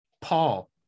Paul